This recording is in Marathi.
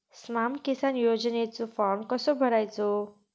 स्माम किसान योजनेचो फॉर्म कसो भरायचो?